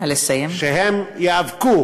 שהם ייאבקו